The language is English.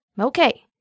Okay